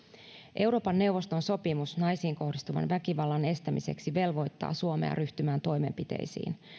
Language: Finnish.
euroopan neuvoston sopimus naisiin kohdistuvan väkivallan estämiseksi velvoittaa suomea ryhtymään toimenpiteisiin